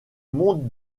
mode